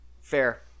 fair